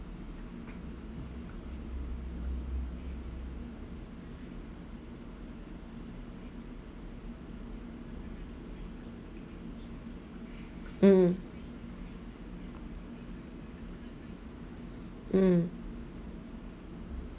mm mm